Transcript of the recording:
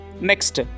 Next